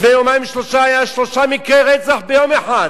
לפני יומיים-שלושה היו שלושה מקרי רצח ביום אחד.